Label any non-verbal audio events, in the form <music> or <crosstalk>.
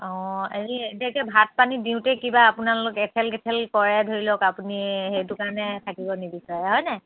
অঁ হেৰি এতিয়া কি ভাত পানী দিওঁতে কিবা আপোনালোক <unintelligible> কৰে ধৰি লওক আপুনি সেইটো কাৰণে থাকিব নিবিচাৰে হয়নে